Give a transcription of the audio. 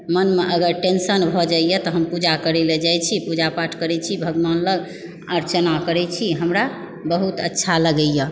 मनमे अगर टेन्शन भऽ जाइया तऽ हम पूजा करै लए जाइ छी पूजा पाठ करै छी भगवान लग अर्चना करै छी हमरा बहुत अच्छा लगैया